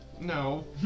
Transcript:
No